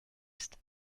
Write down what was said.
ist